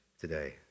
today